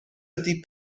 ydy